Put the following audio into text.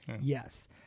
yes